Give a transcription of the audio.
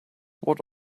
what